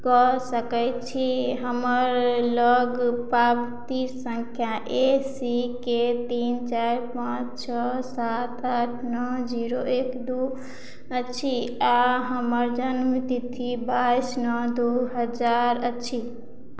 कऽ सकैत छी हमर लग पावती सङ्ख्या ए सी के तीन चारि पाँच छओ सात आठ नओ जीरो एक दू अछि आ हमर जन्म तिथि बाइस नओ दू हजार अछि